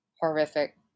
horrific